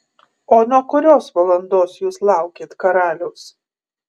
o nuo kurios valandos jūs laukėt karaliaus